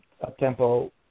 up-tempo